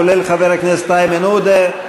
כולל חבר הכנסת איימן עודה,